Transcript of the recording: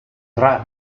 tra